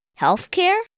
healthcare